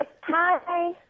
Hi